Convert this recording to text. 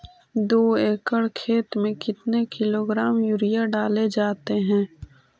दू एकड़ खेत में कितने किलोग्राम यूरिया डाले जाते हैं?